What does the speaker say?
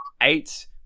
eight